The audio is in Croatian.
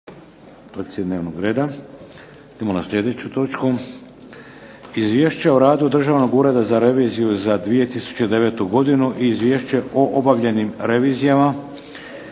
Izvješće o radu Državnog ureda za reviziju za 2009. godinu i Izvješće o obavljanim revizijama.